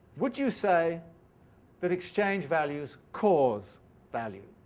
would you say that exchange-values cause value?